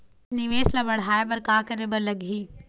निवेश ला बड़हाए बर का करे बर लगही?